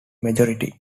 majority